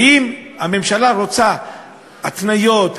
ואם הממשלה רוצה התניות,